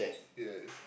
yes